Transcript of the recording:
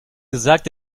gesagt